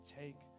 take